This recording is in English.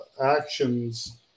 actions